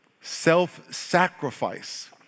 self-sacrifice